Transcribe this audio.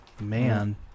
Man